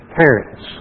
parents